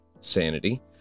Sanity